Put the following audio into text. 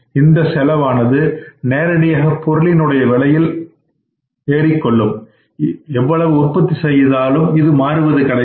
இந்த செலவானது நேரடியாக பொருளின் உடைய விலையில் கூறிக்கொள்ளும் எவ்வளவு உற்பத்தி செய்தாலும் இது மாறுவது கிடையாது